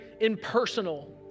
impersonal